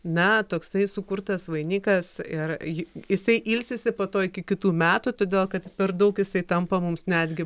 na toksai sukurtas vainikas ir ji jisai ilsisi po to iki kitų metų todėl kad per daug jisai tampa mums netgi